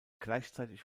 gleichzeitig